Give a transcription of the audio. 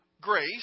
grace